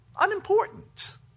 unimportant